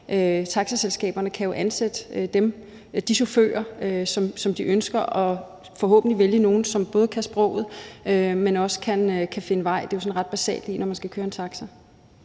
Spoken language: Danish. taxaselskaberne kan jo ansætte de chauffører, som de ønsker, og forhåbentlig vælge nogle, som både kan sproget, men også kan finde vej. Det er jo sådan ret basalt, når man skal køre en taxi.